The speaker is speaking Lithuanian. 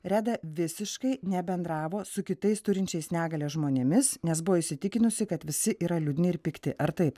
reda visiškai nebendravo su kitais turinčiais negalią žmonėmis nes buvo įsitikinusi kad visi yra liūdni ir pikti ar taip